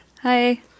Hi